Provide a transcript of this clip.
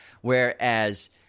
whereas